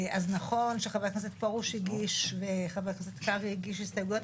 אז נכון שחבר הכנסת פרוש הגיש חבר הכנסת קרעי הגיש הסתייגות.